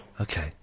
Okay